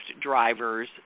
drivers